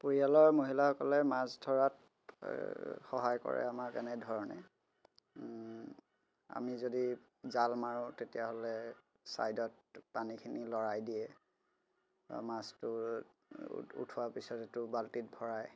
পৰিয়ালৰ মহিলাসকলে মাছ ধৰাত সহায় কৰে আমাক এনেধৰণে আমি যদি জাল মাৰোঁ তেতিয়া হ'লে চাইডত পানীখিনি লৰাই দিয়ে আৰু মাছটো উঠ উঠোৱাৰ পিছত সেইটো বাল্টিত ভৰাই